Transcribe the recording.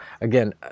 again